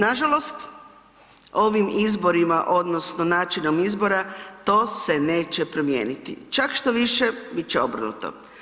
Nažalost, ovim izborima odnosno načinom izbora, to se neće promijeniti, čak štoviše, bit će obrnuto.